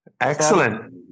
Excellent